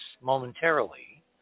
momentarily